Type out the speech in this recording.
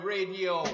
Radio